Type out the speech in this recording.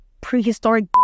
prehistoric